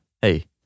hey